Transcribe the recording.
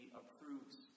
approves